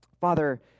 Father